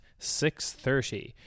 6.30